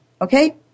Okay